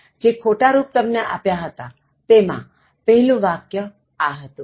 જે ખોટા રુપ તમને આપ્યા હતાં તેમાં પહેલું વાક્ય આ હતું